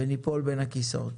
וניפול בין הכיסאות.